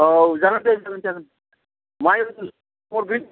औ जागोन दे जागोन जागोन औ ऐ माया हरफिन